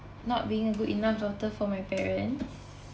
not being a good enough daughter for my parents